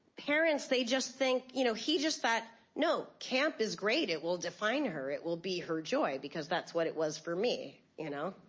parents, they just think you know, he just thought, no, camp is great. it will define her. it will be her joy. because that's what it was for me. you know?